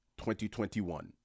2021